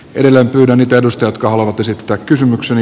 edellä on edennyt ennustelutka haluavat esittää kysymykseni